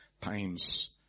times